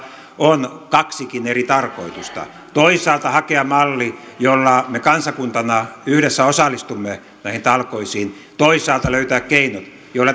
on kaksikin eri tarkoitusta toisaalta hakea malli jolla me kansakuntana yhdessä osallistumme näihin talkoisiin toisaalta löytää keinot joilla